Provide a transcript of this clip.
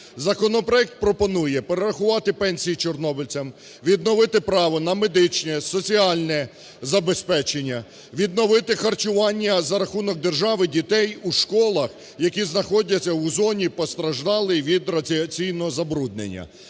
Законопроект пропонує перерахувати пенсії чорнобильцям, відновити право на медичне, соціальне забезпечення, відновити харчування за рахунок держави, дітей у школах, які знаходяться у зоні постраждалої від радіаційного забруднення.